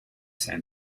san